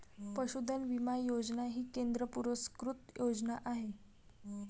पशुधन विमा योजना ही केंद्र पुरस्कृत योजना आहे